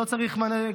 לא צריך מענה,